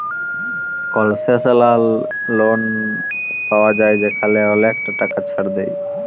কলসেশলাল লল পাউয়া যায় যেখালে অলেকটা টাকা ছাড় দেয়